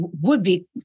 would-be